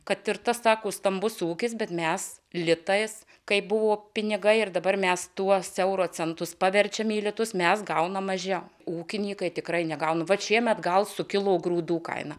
kad ir tas sako stambus ūkis bet mes litais kaip buvo pinigai ir dabar mes tuos euro centus paverčiami į litus mes gauname mažiau ūkininkai tikrai negauna vat šiemet gal sukilo grūdų kaina